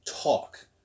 talk